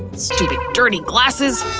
stupid dirty glasses!